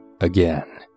Again